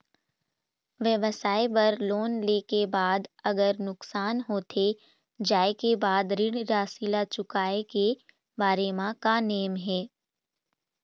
व्यवसाय बर लोन ले के बाद अगर नुकसान होथे जाय के बाद ऋण राशि ला चुकाए के बारे म का नेम हे?